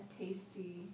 tasty